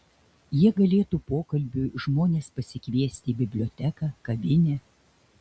jie galėtų pokalbiui žmones pasikviesti į biblioteką kavinę